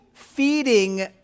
feeding